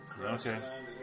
Okay